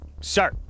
Sir